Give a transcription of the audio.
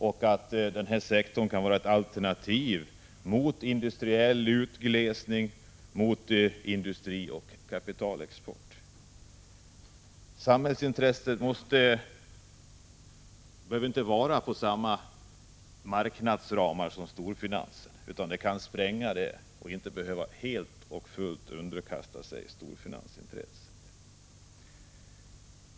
Den offentliga sektorn kan vara ett alternativ till industriell utglesning samt industrioch kapitalexport. Samhällsintresset behöver inte tillgodoses inom samma marknadsramar som storfinansens, utan det kan spränga ramarna genom att inte helt och fullt underkasta sig storfinansen.